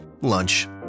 Lunch